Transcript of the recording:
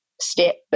step